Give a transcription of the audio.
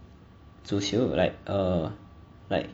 足球 like err like